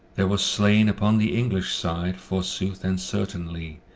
there was slain upon the english side, for sooth and certainly,